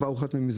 כבר חתום מזמן.